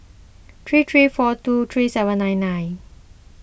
three three four two three seven nine nine